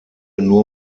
nur